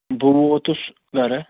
بہٕ ووتُس گرٕ